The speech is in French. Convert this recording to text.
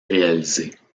réalisés